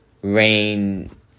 rain